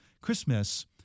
Christmas